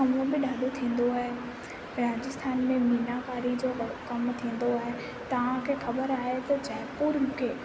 हूअं बि ॾाढो थींदो आहे राजस्थान में मीना कारी जो कमु थींदो आहे तव्हां खे ख़बर आहे त जयपुर खे